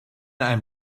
ein